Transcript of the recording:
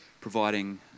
providing